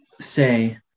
say